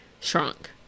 shrunk